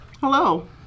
hello